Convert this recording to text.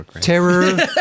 Terror